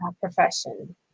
profession